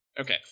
Okay